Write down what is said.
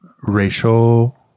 racial